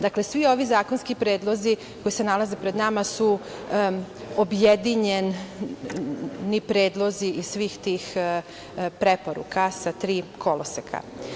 Dakle, svi ovi zakonski predlozi koji se nalaze pred nama su objedinjeni predlozi iz svih tih preporuka sa tri koloseka.